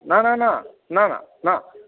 न न न न न